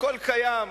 הכול קיים,